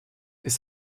ist